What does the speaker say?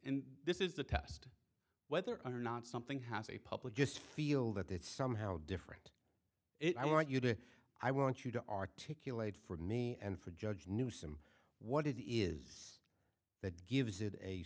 because this is a test whether or not something has a public just feel that it's somehow different i want you to i want you to articulate for me and for judge newsome what it is that gives it a